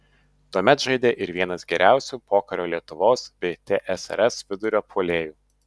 tuomet žaidė ir vienas geriausių pokario lietuvos bei tsrs vidurio puolėjų